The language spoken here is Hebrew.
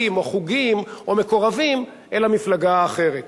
או חוגים או מקורבים אל המפלגה האחרת.